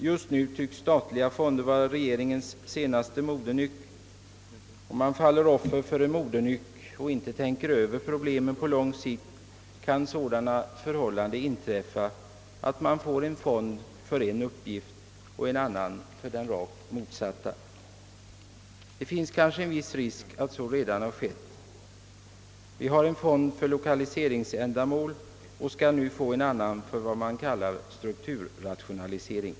Just nu tycks statliga fonder vara regeringens senaste infall. Om man faller offer för en modenyck och inte tänker över problemen på lång sikt, kan sådana förhållanden inträffa att man får en fond för en uppgift och en annan för den rakt motsatta. Kanske finns det en viss risk för att så redan skett. Vi har en fond för lokaliseringsändamål och skall få en annan för vad man kallar strukturrationalisering.